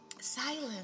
silence